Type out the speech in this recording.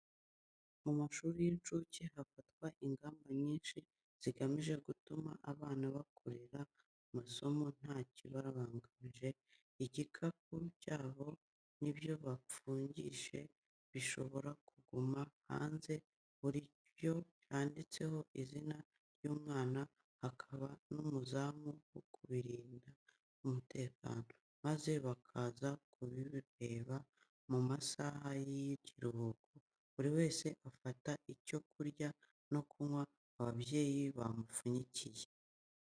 Mu mashuri y'incuke hafatwa ingamba nyinshi zigamije gutuma abana bakurikira amasomo nta kibarangaje, ibikapu byabo n'ibyo bapfunyitse bishobora kuguma hanze, buri cyose cyanditseho izina ry'umwana, hakaba n'umuzamu wo kubirindira umutekano, maze bakaza kubireba mu masaha y'ikiruhuko, buri wese afata icyo kurya no kunywa, ababyeyi bamupfunyikiye.